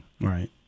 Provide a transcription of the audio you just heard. right